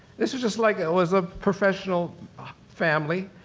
this was just like, it was a professional family,